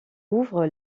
ouvre